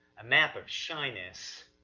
a map of shyness,